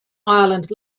ireland